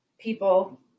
people